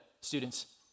students